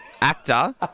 actor